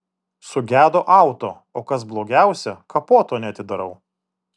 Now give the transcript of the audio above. sugedo auto o kas blogiausia kapoto neatidarau